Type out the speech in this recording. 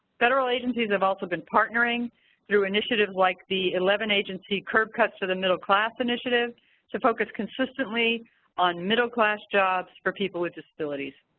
federal agencies have also been partnering through initiatives like the eleven agency curb cuts for the middle class initiative to focus consistently on middle-class jobs for people with disabilities.